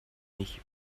nicht